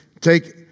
take